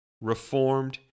reformed